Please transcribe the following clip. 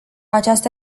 această